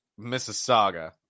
Mississauga